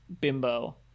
Bimbo